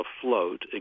afloat